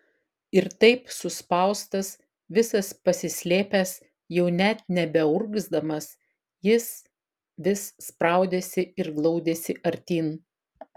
ir taip suspaustas visas pasislėpęs jau net nebeurgzdamas jis vis spraudėsi ir glaudėsi artyn